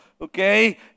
Okay